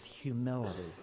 humility